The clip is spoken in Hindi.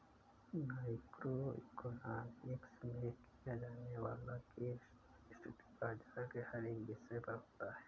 माइक्रो इकोनॉमिक्स में किया जाने वाला केस स्टडी बाजार के हर एक विषय पर होता है